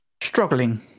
Struggling